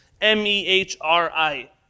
M-E-H-R-I